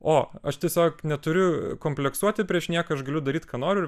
o aš tiesiog neturiu kompleksuoti prieš nieką aš galiu daryt ką noriu ir